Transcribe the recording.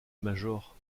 major